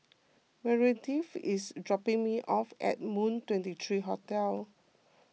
Meredith is dropping me off at Moon twenty three Hotel